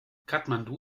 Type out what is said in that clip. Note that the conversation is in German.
kathmandu